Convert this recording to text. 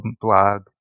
blog